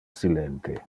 silente